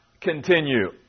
continue